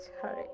sorry